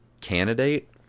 candidate